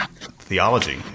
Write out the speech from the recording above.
theology